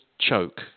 choke